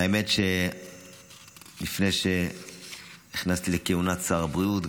האמת היא שלפני שנכנסתי לכהונת שר הבריאות,